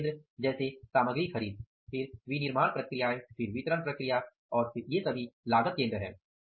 वे केंद्र जैसे सामग्री खरीद फिर विनिर्माण प्रक्रियाएं फिर वितरण प्रक्रिया ये सभी लागत केंद्र हैं